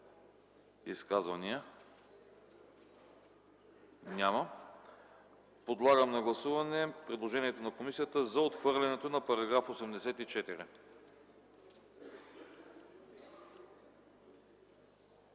Изказвания? Няма. Подлагам на гласуване предложението на комисията за създаването на нов § 89